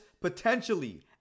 potentially